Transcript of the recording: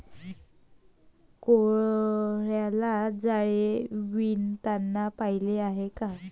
कोळ्याला जाळे विणताना पाहिले आहे का?